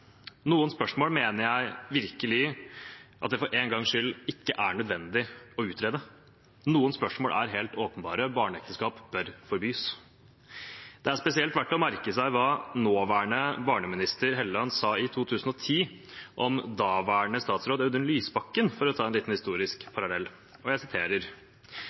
Noen spørsmål mener jeg for en gangs skyld virkelig at det ikke er nødvendig å utrede. Noen spørsmål er helt åpenbare – barneekteskap bør forbys. Det er spesielt verdt å merke seg hva nåværende barneminister Hofstad Helleland sa i 2010 om daværende statsråd Audun Lysbakken – for å ta en liten historisk